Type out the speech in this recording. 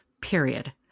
period